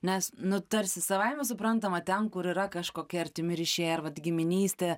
nes nu tarsi savaime suprantama ten kur yra kažkokie artimi ryšiai ar vat giminystė